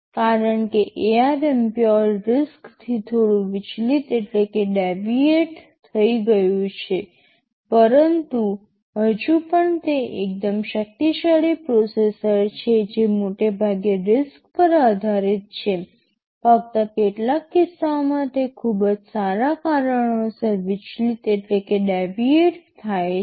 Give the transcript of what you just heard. આ કારણે ARM pure RISC થી થોડુંક વિચલિત થઈ ગયું છે પરંતુ હજી પણ તે એકદમ શક્તિશાળી પ્રોસેસર છે જે મોટે ભાગે RISC પર આધારિત છે ફક્ત કેટલાક કિસ્સાઓમાં તે ખૂબ જ સારા કારણોસર વિચલિત થાય છે